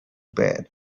bed